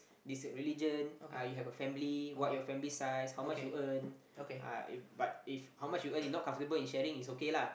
this religion uh you have a family what your family size how much you earn uh if but if how much you earn you not comfortable in sharing is okay lah